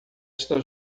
está